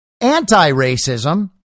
anti-racism